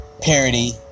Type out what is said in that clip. parody